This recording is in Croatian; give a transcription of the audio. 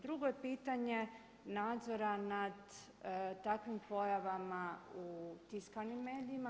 Drugo je pitanje nadzora nad takvim pojama u tiskanim medijima.